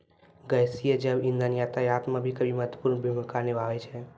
गैसीय जैव इंधन यातायात म भी महत्वपूर्ण भूमिका निभावै छै